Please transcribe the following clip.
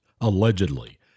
allegedly